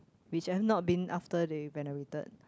which I've not been after they renovated